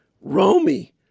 Romy